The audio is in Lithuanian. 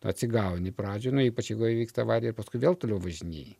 atsigauni pradžioj nu ypač jeigu įvyksta avarija paskui vėl toliau važinėji